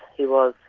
he was,